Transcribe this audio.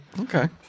Okay